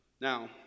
Now